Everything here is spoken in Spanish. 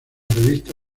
revista